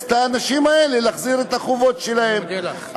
את האנשים האלה להחזיר את החובות שלהם.